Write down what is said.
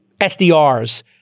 SDRs